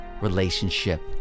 relationship